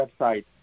website